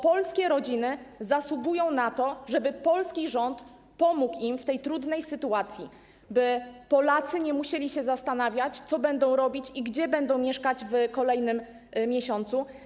Polskie rodziny zasługują na to, żeby polski rząd pomógł im w trudnej sytuacji, żeby Polacy nie musieli zastanawiać się, co będą robić i gdzie będą mieszkać w kolejnym miesiącu.